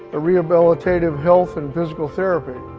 ah rehabilitative health and physical therapy.